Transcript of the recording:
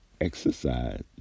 exercise